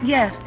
Yes